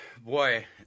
boy